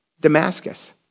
Damascus